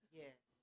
yes